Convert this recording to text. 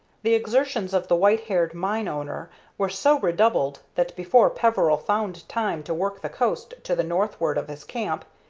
the exertions of the white-haired mine-owner were so redoubled that before peveril found time to work the coast to the northward of his camp,